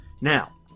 now